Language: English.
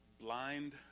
blind